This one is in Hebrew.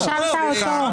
האשמת אותו.